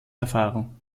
erfahrung